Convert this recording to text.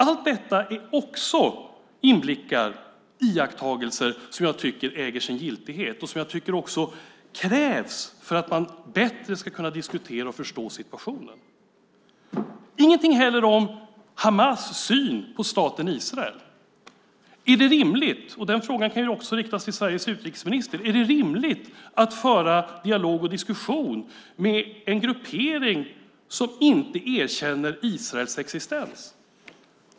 Allt detta är också inblickar och iakttagelser som jag tycker äger sin giltighet och som jag tycker också krävs för att man bättre ska kunna diskutera och förstå situationen. Det står heller ingenting om Hamas syn på staten Israel. Är det rimligt - den frågan kan också riktas till Sveriges utrikesminister - att föra dialog och diskussion med en gruppering som inte erkänner Israels existens?